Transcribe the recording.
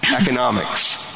economics